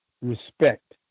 respect